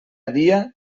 dia